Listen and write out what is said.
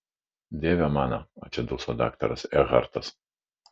dieve mano atsiduso daktaras ekhartas